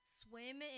swim